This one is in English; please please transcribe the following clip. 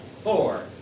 four